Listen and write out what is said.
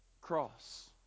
cross